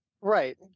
Right